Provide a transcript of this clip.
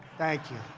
thank you.